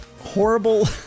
horrible